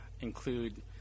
include